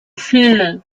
cine